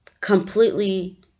completely